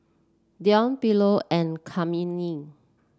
Deon Philo and Kymani